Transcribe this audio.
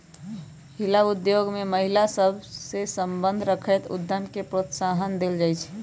हिला उद्योग में महिला सभ सए संबंध रखैत उद्यम के प्रोत्साहन देल जाइ छइ